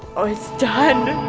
ah it's done!